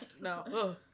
No